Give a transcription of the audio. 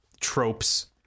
tropes